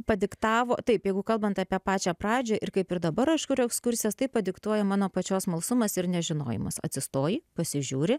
padiktavo taip jeigu kalbant apie pačią pradžią ir kaip ir dabar aš kuriu ekskursijas tai padiktuoja mano pačios smalsumas ir nežinojimas atsistoji pasižiūri